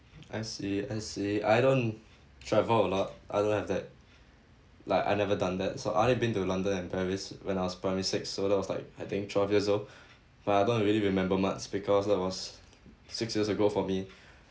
I see I see I don't travel a lot I don't have that like I never done that so I only been to london and paris when I was primary six so that was like I think twelve years old but I don't really remember much because that was six years ago for me